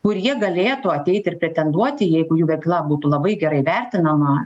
kur jie galėtų ateiti ir pretenduoti jeigu jų veikla būtų labai gerai vertinama